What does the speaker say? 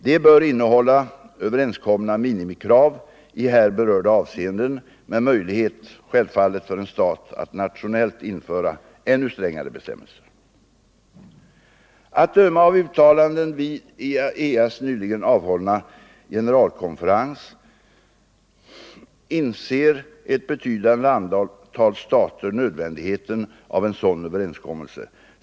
Det bör innehålla överenskomna minimikrav i här berörda avseenden, med möjlighet, självfallet, för en stat att nationellt införa ännu strängare bestämmelser. Att döma av uttalanden vid IAEA:s nyligen avhållna generalkonferens inser ett betydande antal stater nödvändigheten av en sådan överenskommelse.